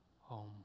home